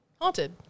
haunted